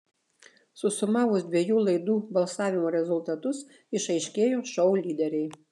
susumavus dviejų laidų balsavimo rezultatus išaiškėjo šou lyderiai